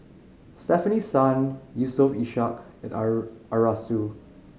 Stefanie Sun Yusof Ishak and Arasu